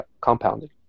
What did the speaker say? compounding